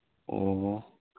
ꯑꯣ